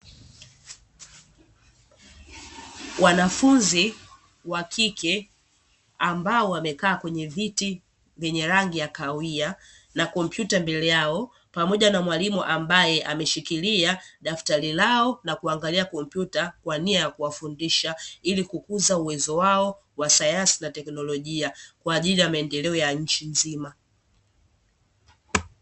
Wanafunzi wa kike, ambao wamekaa kwenye viti vyenye rangi ya kahawia na kompyuta mbele yao, pamoja na mwalimu ambaye ameshikilia daftari lao na kuangalia kompyuta kwa nia ya kuwafundisha, ili kukuza uwezo wao wa sayansi na teknolojia kwa ajili ya maendeleo ya nchi nzima.